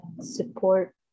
support